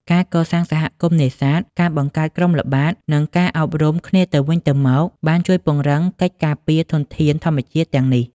ការកសាងសហគមន៍នេសាទ ការបង្កើតក្រុមល្បាត និងការអប់រំគ្នាទៅវិញទៅមក បានជួយពង្រឹងកិច្ចការពារធនធានធម្មជាតិទាំងនេះ។